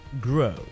grow